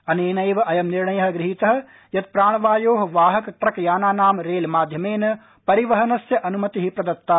अनेनैव अयं निर्णयः गृहीतः यत् प्राणवायोः वाहक ट्रकयानानां रेलमाध्यमेन परिवहनस्य अनुमतिः प्रदत्ता